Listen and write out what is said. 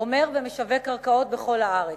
אומר ומשווק קרקעות בכל הארץ.